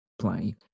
play